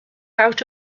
out